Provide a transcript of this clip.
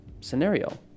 scenario